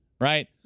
right